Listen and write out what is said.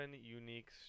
unique